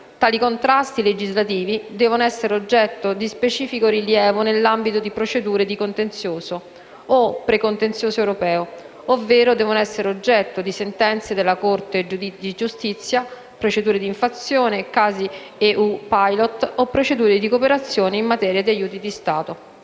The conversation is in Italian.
tali contrasti legislativi devono essere oggetto di specifico rilievo nell'ambito di procedure di contenzioso o precontenzioso europeo, ovvero devono essere oggetto di sentenze della Corte di giustizia, procedure di infrazione, casi EU Pilot o procedure di cooperazione in materia di aiuti di Stato.